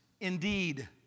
indeed